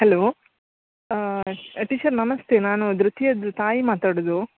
hello teacher ನಮಸ್ತೆ ನಾನು ಧೃತಿಯದ್ದು ತಾಯಿ ಮಾತಾಡುದು